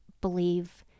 believe